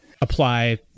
apply